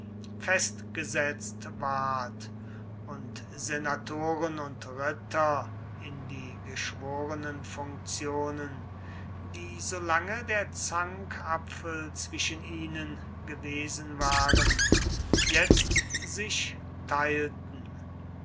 festgesetzt ward und senatoren und ritter in die geschworenenfunktionen die so lange der zankapfel zwischen ihnen gewesen waren jetzt sich teilten